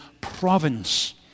province